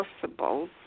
possible